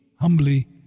Humbly